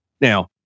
Now